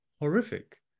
horrific